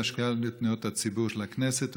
ללשכה של פניות הציבור של הכנסת,